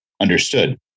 understood